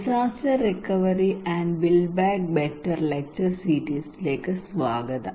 disaster recovery and build back better lecture സീരീസിലേക്ക് സ്വാഗതം